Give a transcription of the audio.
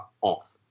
off